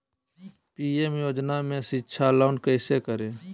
PM योजना में शिक्षा लोन कैसे करें?